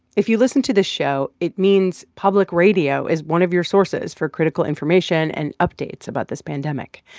if you listen to this show, it means public radio is one of your sources for critical information and updates about this pandemic.